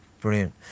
brilliant